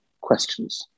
questions